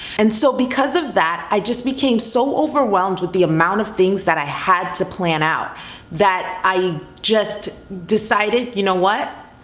and so, because of that, i just became so overwhelmed with the amount of things that i had to plan out that i just decided, you know what?